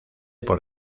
por